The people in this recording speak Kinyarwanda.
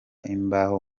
imbaho